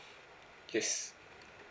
yes